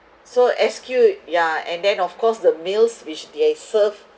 so S_Q yeah and then of course the meals which they serve